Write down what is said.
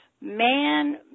Man